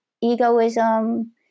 egoism